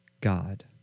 God